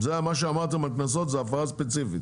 שאמרתם על קנסות זה הפרה ספציפית.